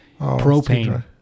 propane